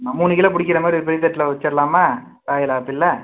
ந மூணு கிலோ பிடிக்கிற மாதிரி ஒரு பெரிய தட்டில் வச்சுரலாமா ராயல் ஆப்பிள்